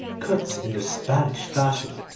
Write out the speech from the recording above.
cut in the spanish fashion.